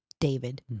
David